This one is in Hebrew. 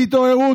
תתעוררו.